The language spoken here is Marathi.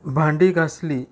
भांडी घासली